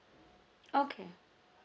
okay